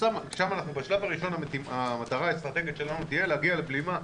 ובשלב הראשון המטרה האסטרטגית שלנו תהיה להגיע לבלימה,